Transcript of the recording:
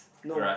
no